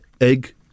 egg